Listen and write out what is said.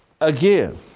again